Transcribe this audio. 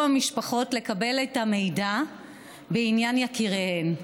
המשפחות לקבל את המידע בעניין יקיריהם,